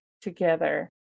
Together